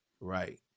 Right